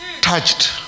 touched